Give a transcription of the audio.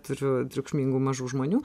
turiu triukšmingų mažų žmonių